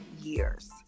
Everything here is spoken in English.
years